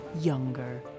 younger